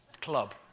Club